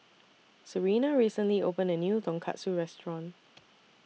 Sarina recently opened A New Tonkatsu Restaurant